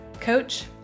coach